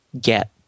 get